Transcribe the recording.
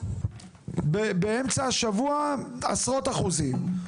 באמצע שבוע עשרות אחוזים,